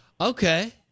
Okay